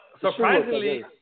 surprisingly –